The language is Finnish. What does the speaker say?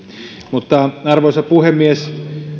mutta arvoisa puhemies